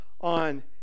on